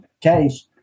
case